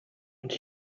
und